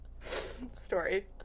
story